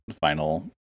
final